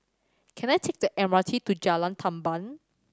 can I take the M R T to Jalan Tamban